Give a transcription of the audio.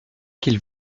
qu’il